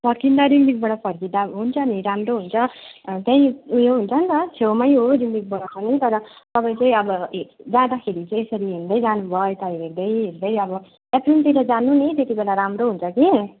फर्किँदा रिम्बिकबाट फर्किँदा हुन्छ नि राम्रो हुन्छ त्यहीँ उयो हुन्छ नि त छेउमा हो रिम्बिकबाट पनि तर तपाईँ चै अब जाँदाखेरि चाहिँ फेरि हिँड्दै जानु भयो यता हेर्दै हेर्दै अब अप्रिलतिर जानु नि त्यति बेला राम्रो हुन्छ कि